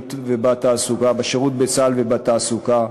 בשירות בצה"ל ובתעסוקה,